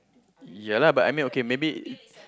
ya lah but I mean okay maybe